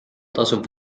tasub